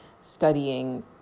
studying